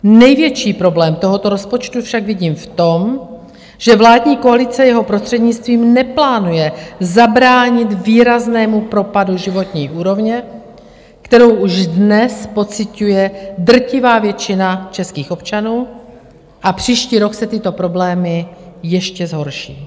Největší problém tohoto rozpočtu však vidím v tom, že vládní koalice jeho prostřednictvím neplánuje zabránit výraznému propadu životní úrovně, kterou už dnes pociťuje drtivá většina českých občanů, a příští rok se tyto problémy ještě zhorší.